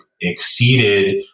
exceeded